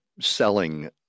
selling